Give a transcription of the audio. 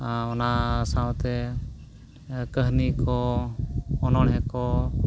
ᱚᱱᱟ ᱥᱟᱶᱛᱮ ᱠᱟᱹᱦᱱᱤ ᱠᱚ ᱚᱱᱚᱬᱦᱮ ᱠᱚ